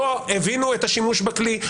לא הבינו את השימוש בכלי,